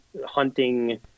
hunting